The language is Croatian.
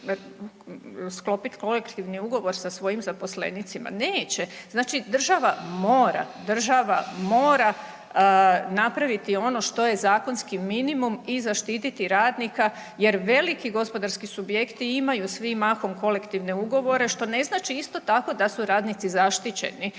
sklopit kolektivni ugovor sa svojim zaposlenicima. Neće. Znači država mora, država mora napraviti ono što je zakonski minimum i zaštititi radnika jer veliki gospodarski subjekti imaju svi mahom kolektivne ugovore, što ne znači isto tako da su radnici zaštićeni.